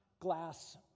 glass